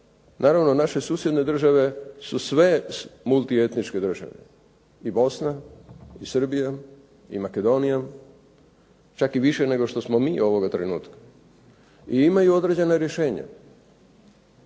naravno naše susjedne države su sve multietničke države i Bosna i Srbija i Makedonija, čak i više nego što smo mi ovog trenutka i imaju određena rješenja.